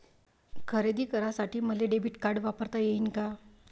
खरेदी करासाठी मले डेबिट कार्ड वापरता येईन का?